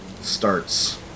starts